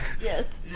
yes